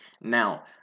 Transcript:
Now